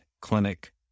clinic